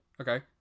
Okay